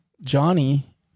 Johnny